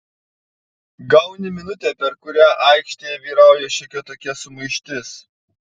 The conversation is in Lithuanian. gauni minutę per kurią aikštėje vyrauja šiokia tokia sumaištis